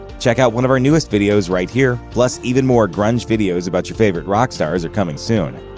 check out one of our newest videos right here! plus, even more grunge videos about your favorite rock stars are coming soon.